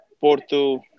Porto